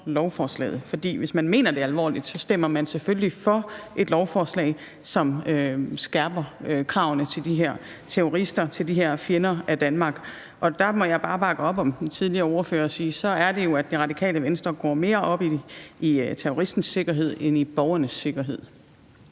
lovforslaget. For hvis man mener det alvorligt, stemmer man selvfølgelig for et lovforslag, som skærper kravene til de her terrorister, de her fjender af Danmark. Og der må jeg bare bakke op om den tidligere ordfører og sige: Så er det jo, at Det Radikale Venstre går mere op i terroristens sikkerhed end i borgernes sikkerhed.